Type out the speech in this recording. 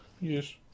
Yes